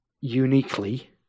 uniquely